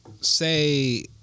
say